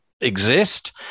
exist